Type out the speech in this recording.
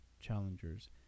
challengers